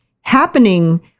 Happening